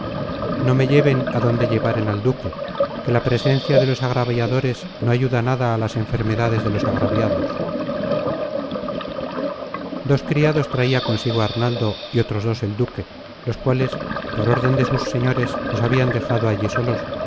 no me lleven á donde llevaren al duque que la presencia de los agraviadores no ayuda nada á las enfermedades de los agraviados dos criados traia consigo arnaldo y otros dos el duque los cuales por orden de sus señores los habian dejado allí solos